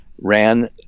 ran